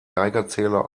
geigerzähler